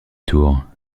tour